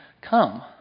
come